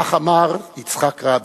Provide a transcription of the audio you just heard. כך אמר יצחק רבין.